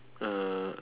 uh